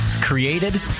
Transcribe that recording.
created